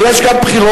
ויש גם בחירות.